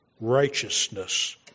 Righteousness